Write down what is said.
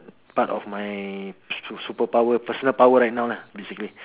part of my superpower personal power right now lah basically